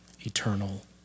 eternal